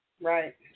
Right